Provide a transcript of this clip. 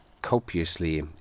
copiously